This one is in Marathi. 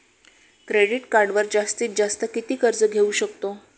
क्रेडिट कार्डवर जास्तीत जास्त किती कर्ज घेऊ शकतो?